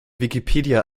wikipedia